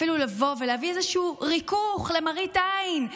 אפילו לבוא ולהביא איזשהו ריכוך למראית עין,